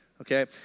Okay